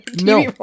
No